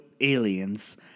aliens